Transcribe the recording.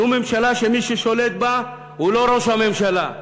זו ממשלה שמי ששולט בה הוא לא ראש הממשלה,